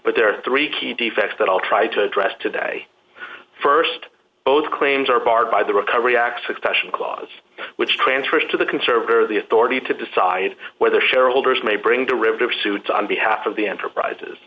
but there are three key defects that i'll try to address today st both claims are barred by the recovery act succession clause which transfers to the conservator the authority to decide whether shareholders may bring derivative suits on behalf of the enterprise